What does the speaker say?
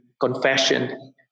confession